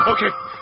Okay